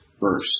verse